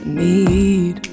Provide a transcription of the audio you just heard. need